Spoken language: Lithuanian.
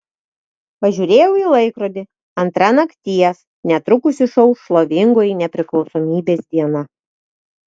pažiūrėjau į laikrodį antra nakties netrukus išauš šlovingoji nepriklausomybės diena